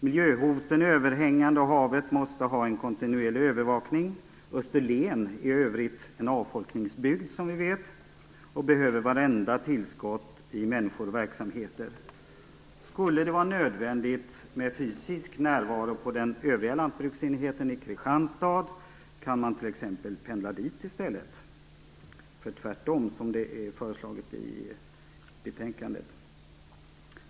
Miljöhoten är överhängande, och havet måste ha en kontinuerlig övervakning. Österlen är för övrigt en avfolkningsbygd, som vi vet, och behöver varenda tillskott i form av människor och verksamheter. Om det skulle vara nödvändigt med fysisk närvaro på den övriga lantbruksenheten i Kristianstad kan personalen t.ex. pendla dit i stället för tvärtom, som det föreslås i betänkandet.